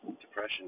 depression